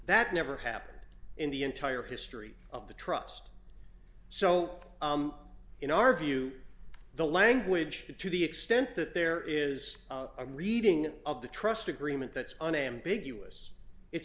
that never happened in the entire history of the trust so in our view the language to the extent that there is a reading of the trust agreement that's unambiguous it's